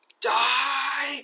Die